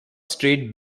straight